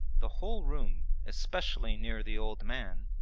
the whole room, especially near the old man,